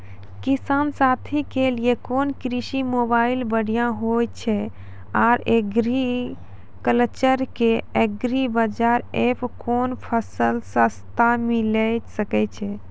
किसान साथी के लिए कोन कृषि मोबाइल बढ़िया होय छै आर एग्रीकल्चर के एग्रीबाजार एप कोन फसल सस्ता मिलैल सकै छै?